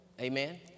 Amen